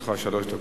לרשותך שלוש דקות.